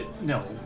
No